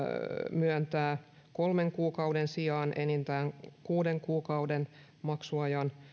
myöntää kolmen kuukauden sijaan enintään kuuden kuukauden maksuajan